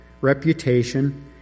reputation